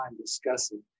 discussing